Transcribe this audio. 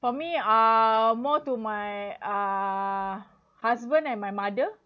for me uh more to my uh husband and my mother